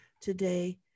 today